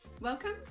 Welcome